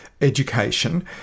education